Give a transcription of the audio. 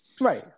Right